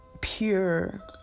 pure